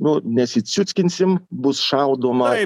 nu nesiciuckinsim bus šaudoma